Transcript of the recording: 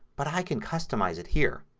but i can customize it here.